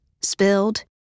spilled